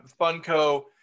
Funko